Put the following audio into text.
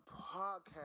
podcast